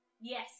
Yes